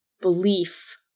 belief